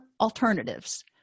alternatives